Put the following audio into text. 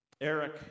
Eric